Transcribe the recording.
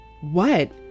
What